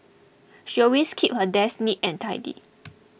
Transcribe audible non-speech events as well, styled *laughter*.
she always keeps her desk neat and tidy *noise*